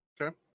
okay